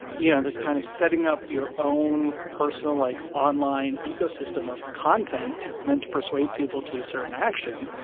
you know, this kind of setting up your own personal, like, online ecosystem of content meant to persuade people to a certain action,